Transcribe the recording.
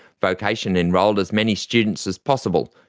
vocation enrolled as many students as possible,